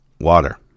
Water